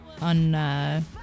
on